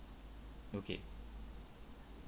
okay